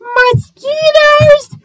mosquitoes